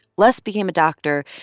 les became a doctor,